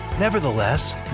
Nevertheless